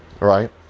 Right